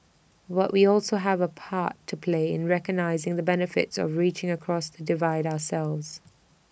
but we also have A part to play in recognising the benefits of reaching across the divide ourselves